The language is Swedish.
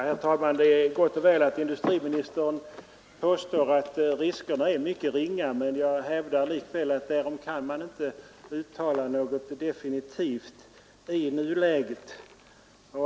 Herr talman! Det är gott och väl att industriministern påstår att riskerna är mycket ringa. Men jag hävdar att härom kan man inte uttala något definitivt i nuläget.